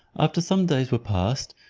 after some days were past,